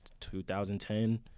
2010